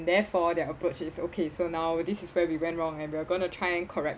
therefore their approach is okay so now this is where we went wrong and we are going to try and correct